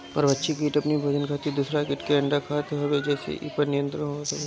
परभक्षी किट अपनी भोजन खातिर दूसरा किट के अंडा खात हवे जेसे इ पर नियंत्रण होत हवे